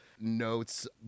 notes